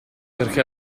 perché